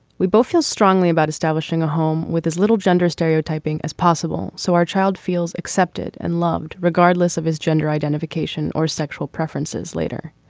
we both feel strongly about establishing a home with as little gender stereotyping as possible so our child feels accepted and loved regardless of his gender identification or sexual preferences later.